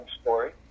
story